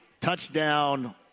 touchdown